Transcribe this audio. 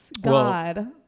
God